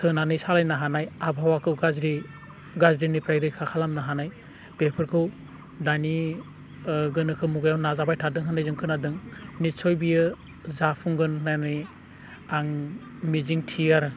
सोनानै सालायनो हानाय आबहावाखौ गाज्रिनिफ्राय रैखा खालामनो हानाय बेफोरखौ दानि गोनोखो मुगायाव नाजाबाय थादों होनना जों खोनादों निस्सय बियो जाफुंगोन होननानै आं मिजिंथियो आरो